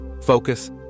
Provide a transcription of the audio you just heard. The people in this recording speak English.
focus